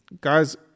guys